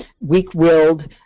weak-willed